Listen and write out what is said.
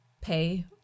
pay